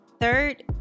Third